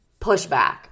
pushback